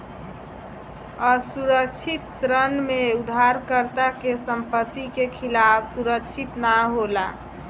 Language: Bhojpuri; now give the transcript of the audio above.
असुरक्षित ऋण में उधारकर्ता के संपत्ति के खिलाफ सुरक्षित ना होला